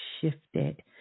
shifted